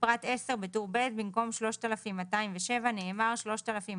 בפרט (10), בטור ב', במקום "3,207" נאמר "3,289".